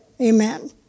Amen